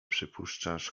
przypuszczasz